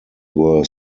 were